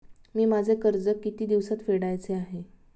मी माझे कर्ज किती दिवसांत फेडायचे आहे?